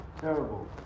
terrible